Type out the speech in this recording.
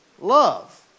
Love